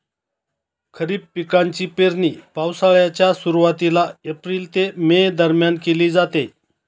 खरीप पिकांची पेरणी पावसाळ्याच्या सुरुवातीला एप्रिल ते मे दरम्यान केली जाते